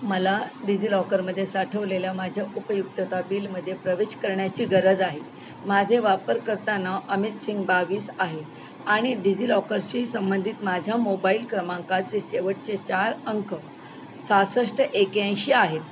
मला डिजि लॉकरमध्ये साठवलेल्या माझ्या उपयुक्तता बिलमध्ये प्रवेश करण्याची गरज आहे माझे वापरकर्ता नाव अमित सिंग बावीस आहे आणि डिजि लॉकरशी संबंधित माझ्या मोबाईल क्रमांकाचे शेवटचे चार अंक सहासष्ट एक्याऐंशी आहेत